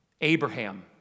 Abraham